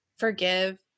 forgive